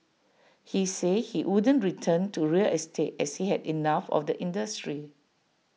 he said he wouldn't return to real estate as he had enough of the industry